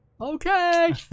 Okay